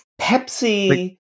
Pepsi